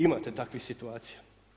Imate takvih situacija.